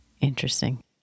Interesting